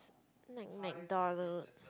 like McDonald's